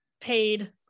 paid